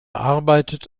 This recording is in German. arbeitet